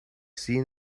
seen